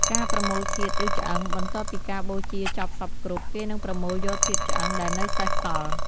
ការប្រមូលធាតុ ឬឆ្អឹង បន្ទាប់ពីការបូជាចប់សព្វគ្រប់ គេនឹងប្រមូលយកធាតុឆ្អឹងដែលនៅសេសសល់។